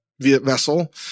vessel